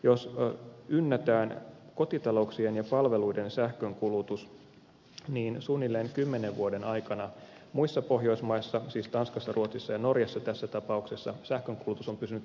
jos ynnätään kotitalouksien ja palveluiden sähkönkulutus niin suunnilleen kymmenen vuoden aikana muissa pohjoismaissa siis tanskassa ruotsissa ja norjassa tässä tapauksessa sähkönkulutus on pysynyt tasaisena